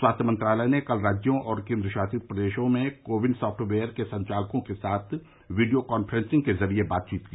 स्वास्थ्य मंत्रालय ने कल राज्यों और केंद्रशासित प्रदेशों में कोविन सॉफ्टवेयर के संचालकों के साथ वीडियो काफ्रेसिंग के जरिए बातचीत की